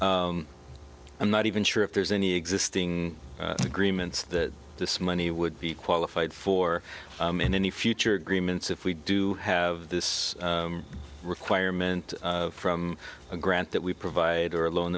i'm not even sure if there's any existing agreements that this money would be qualified for in any future agreements if we do have this requirement from a grant that we provide or a lo